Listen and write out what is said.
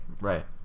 Right